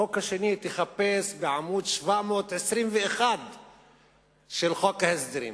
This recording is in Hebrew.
את החוק השני תחפש בעמוד 721 של חוק ההסדרים.